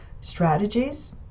strategies